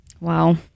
wow